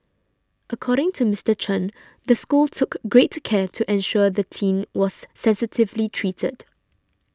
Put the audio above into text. according to Mister Chen the school took great care to ensure the teen was sensitively treated